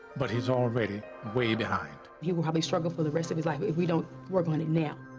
but he's already way behind. he will probably struggle for the rest of his life if we don't work on it now.